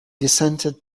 descended